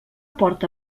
porta